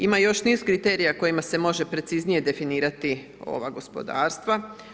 Ima još niz kriterija kojima se može preciznije definirati ova gospodarstva.